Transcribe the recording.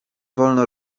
wolno